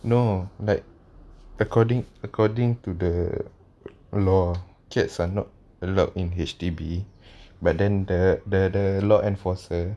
no like according according to the law cats are not allowed in H_D_B but then the the the law enforcer